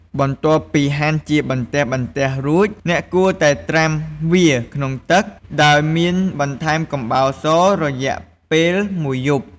បន្ទាប់ពីហាន់ជាបន្ទះៗរួច អ្នកគួរតែត្រាំវាក្នុងទឹក ដែលមានបន្ថែមកំបោរស រយៈពេលមួយយប់។